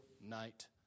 night